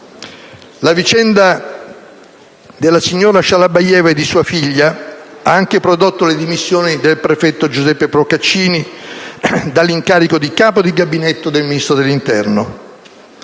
La vicenda della signora Shalabayeva e di sua figlia ha anche prodotto le dimissioni del prefetto Giuseppe Procaccini dall'incarico di capo di gabinetto del Ministro dell'interno.